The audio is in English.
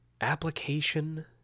Application